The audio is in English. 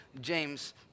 James